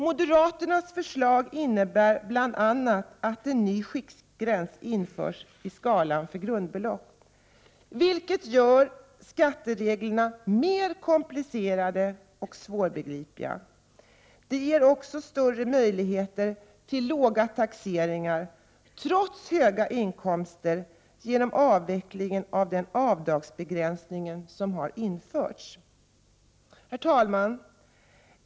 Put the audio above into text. Moderaternas förslag innebär bl.a. att en ny skiktgräns införs i skalan för grundbelopp, vilket gör skattereglerna mer komplicerade och svårbegripliga. De ger också större möjligheter till låga taxeringar trots höga inkomster, genom avveckling av den avdragsbegränsning som har införts. Herr talman!